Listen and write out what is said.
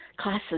classes